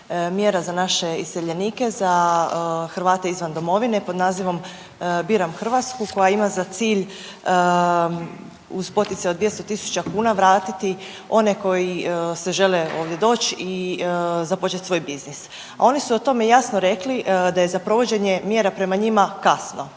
mjera za naše iseljenike za Hrvate izvan domovine pod nazivom „Biram Hrvatsku“ koja ima za cilj uz poticaj od 200.000 kuna vratiti one koji se žele ovdje doć i započet svoj biznis, a oni su o tome jasno rekli da je za provođenje mjera prema njima kasno.